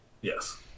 Yes